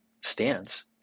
stance